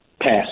Pass